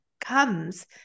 comes